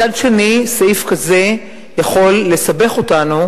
מצד שני, סעיף כזה יכול לסבך אותנו